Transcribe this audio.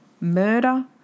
Murder